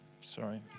Sorry